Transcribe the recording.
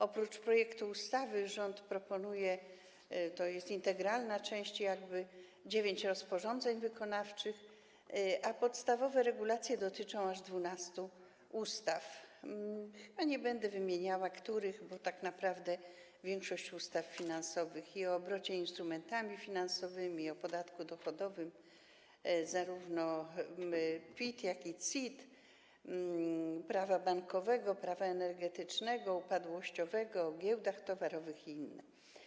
Oprócz projektu ustawy rząd proponuje, to jest integralna część, dziewięć rozporządzeń wykonawczych, a podstawowe regulacje dotyczą aż 12 ustaw, nie będę wymieniała, których, bo tak naprawdę większości ustaw finansowych - ustawy o obrocie instrumentami finansowymi, o podatku dochodowym, zarówno PIT, jak i CIT, Prawa bankowego, Prawa energetycznego, Prawa upadłościowego, o giełdach towarowych i innych.